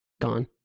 Gone